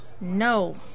No